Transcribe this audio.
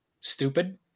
stupid